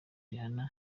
rihana